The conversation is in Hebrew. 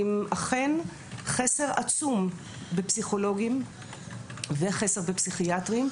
עם אכן חסר עצום בפסיכולוגים ובפסיכיאטרים.